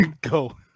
Go